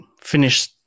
finish